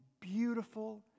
beautiful